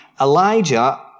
Elijah